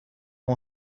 اون